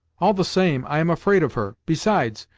all the same, i am afraid of her. besides,